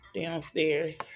Downstairs